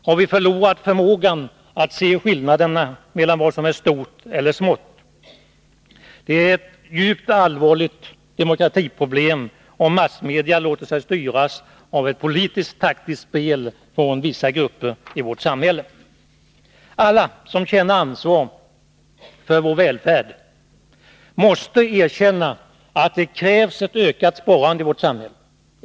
Har vi förlorat förmågan att se skillnaderna mellan vad som är stort eller smått? Det är ett djupt och allvarligt demokratiproblem, om massmedia låter sig styras av ett politiskt taktiskt spel från vissa grupper i vårt samhälle. Alla som känner ansvar för vår välfärd måste erkänna att det krävs ett ökat sparande i vårt samhälle.